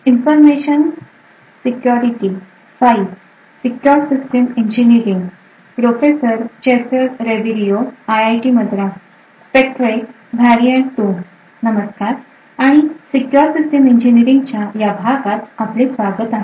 नमस्कार आणि secure system इंजीनियरिंगच्या या भागात आपले स्वागत आहे